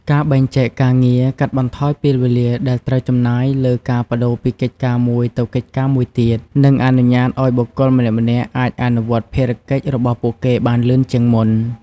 ការបែងចែកការងារកាត់បន្ថយពេលវេលាដែលត្រូវចំណាយលើការប្តូរពីកិច្ចការមួយទៅកិច្ចការមួយទៀត និងអនុញ្ញាតឱ្យបុគ្គលម្នាក់ៗអាចអនុវត្តភារកិច្ចរបស់ពួកគេបានលឿនជាងមុន។